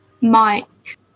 Mike